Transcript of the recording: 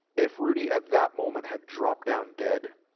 if rudy at that moment had dropped down dead.